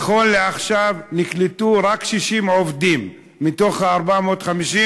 נכון לעכשיו נקלטו רק 60 עובדים מתוך ה-450,